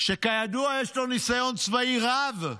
שכידוע, יש לו ניסיון צבאי רב.